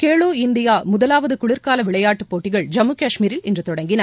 கேலோ இந்தியாமுதலாவதுகுளிர்காலவிளையாட்டுப் போட்டிகள் ஜம்மு கஷ்மீரில் இன்றுதொடங்கின